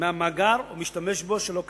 מהמאגר ומשתמש בו שלא כדין,